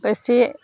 বেছি